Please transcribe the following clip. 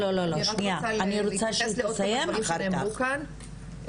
אני רוצה להתייחס לדברים שנאמרו כאן,